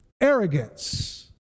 arrogance